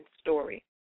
story